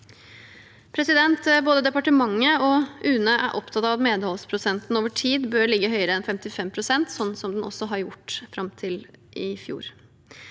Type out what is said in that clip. dom. Både departementet og UNE er opptatt av at medholdsprosenten over tid bør ligge høyere enn 55 pst., slik den også har gjort fram til i fjor.